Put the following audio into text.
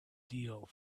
deal